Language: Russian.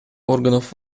органов